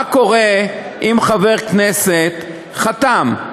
מה קורה אם חבר כנסת חתם,